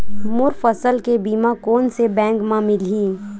मोर फसल के बीमा कोन से बैंक म मिलही?